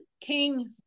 King